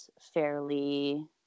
fairly